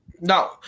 No